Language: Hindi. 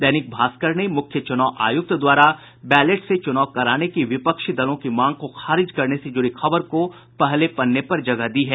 दैनिक भास्कर ने मुख्य चुनाव आयुक्त द्वारा बैलेट से चुनाव कराने की विपक्षी दलों की मांग को खारिज करने से जुड़ी खबर को पहले पन्ने पर जगह दी है